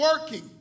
working